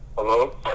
Hello